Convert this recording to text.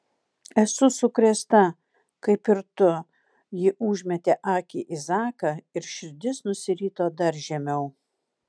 esu sukrėsta kaip ir tu ji užmetė akį į zaką ir širdis nusirito dar žemiau